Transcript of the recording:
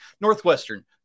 Northwestern